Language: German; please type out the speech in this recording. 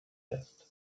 lässt